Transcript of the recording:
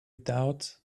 doubt